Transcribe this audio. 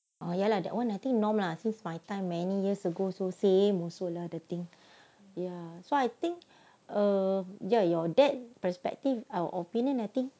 oh ya lah that one I think normal lah since my time many years ago also same also lah the thing ya so I think uh ya your dad perspective or opinion I think